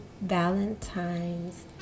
Valentine's